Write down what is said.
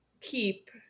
keep